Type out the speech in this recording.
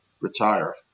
retire